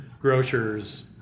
grocers